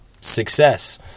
success